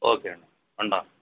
okay అండి ఉంటాము